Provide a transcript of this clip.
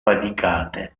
fatigate